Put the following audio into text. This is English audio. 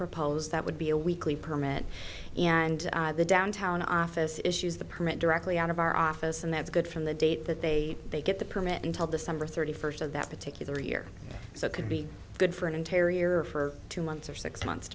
proposed that would be a weekly permit and the downtown office issues the permit directly out of our office and that's good from the day that they they get the permit until december thirty first of that particular year so it could be good for an entire year for two months or six months